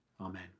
Amen